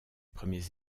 premiers